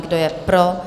Kdo je pro?